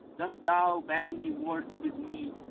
dost thou bandy words with me,